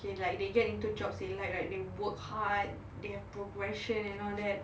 okay like they get into jobs they like right they work they have progression and all that